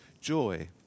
joy